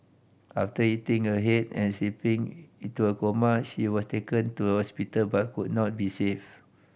after hitting her head and slipping into a coma she was taken to hospital but could not be saved